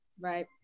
Right